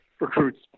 recruits